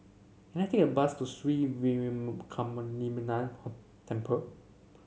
can I take a bus to Sri Veeramakaliamman Temple